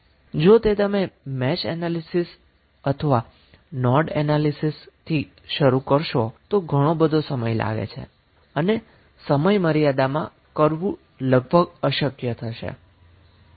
હવે જો તે તમે મેશ એનાલીસીસ અથવા નોડલ એનાલીસીસથી શરૂ કરશો તો ઘણો બધો સમય લાગે છે અને સમય મર્યાદામાં કરવું લગભગ અશક્ય થશે